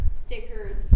stickers